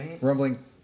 Rumbling